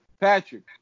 Patrick